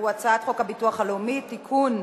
והוא הצעת חוק הביטוח הלאומי (תיקון,